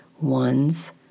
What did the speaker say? one's